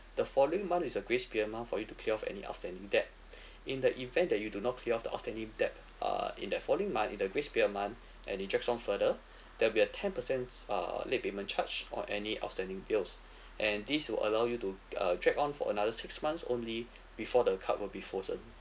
the following month is a grace period month for you to clear off any outstanding debt in the event that you do not clear off the outstanding debt uh in that following month in the grace period month and it drags on further there'll be a ten percent uh late payment charge on any outstanding bills and this will allow you to uh drag on for another six months only before the card will be frozen